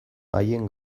haien